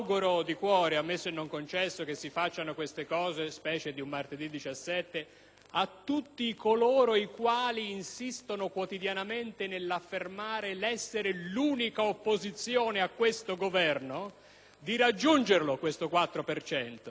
a tutti coloro i quali insistono quotidianamente nell'affermare di essere l'unica opposizione a questo Governo, di raggiungere questo 4 per cento, perché, come si dice in alcune Regioni molto ben rappresentate nel nostro Parlamento,